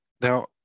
now